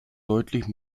deutlich